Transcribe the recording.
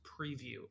preview